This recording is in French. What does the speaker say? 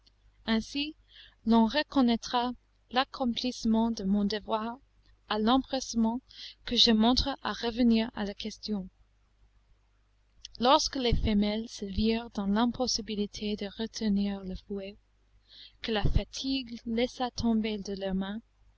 ainsi l'on reconnaîtra l'accomplissement de mon devoir à l'empressement que je montre à revenir à la question lorsque les femelles se virent dans l'impossibilité de retenir le fouet que la fatigue laissa tomber de leurs mains